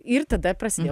ir tada prasidėjo